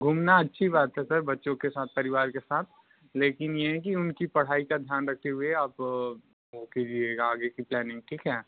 घूमना अच्छी बात है सर बच्चों के साथ परिवार के साथ लेकिन ये है कि उनकी पढ़ाई का ध्यान रखते हुए आप वो कीजिएगा आगे की प्लैनिंग ठीक है